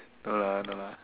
no lah no lah